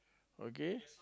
okay